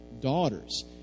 daughters